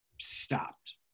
stopped